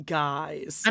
guys